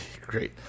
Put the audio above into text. Great